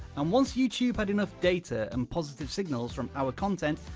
and once youtube had enough data, and positive signals from our content,